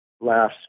last